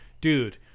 dude